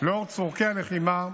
לנוכח צורכי הלחימה,